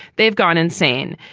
they've gone insane.